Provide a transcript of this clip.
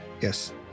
Yes